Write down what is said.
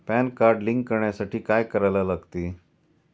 Pan card link करण्यासाठी काय करायला लागते?